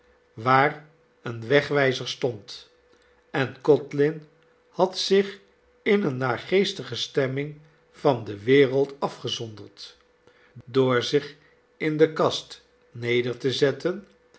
waar een wegwijzer stond en codlin had zich in eene naargeestige stemming van de wereld afgezonderd door zich in de kast neder te zetten